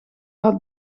had